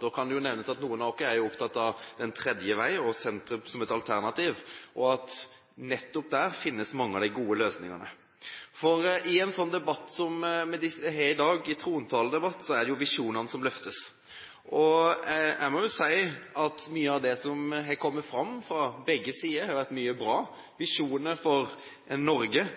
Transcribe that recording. Da kan det jo nevnes at noen av oss er opptatt av den tredje vei og sentrum som et alternativ, og at det nettopp der finnes mange av de gode løsningene. I en sånn debatt som vi har i dag – trontaledebatten – er det jo visjonene som løftes. Jeg må jo si at mye av det som har kommet fram fra begge sider, har vært bra. Visjonene for Norge,